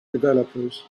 developers